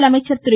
முதலமைச்சர் திரு